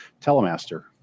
telemaster